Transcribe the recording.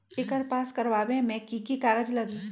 एकर पास करवावे मे की की कागज लगी?